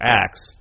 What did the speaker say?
acts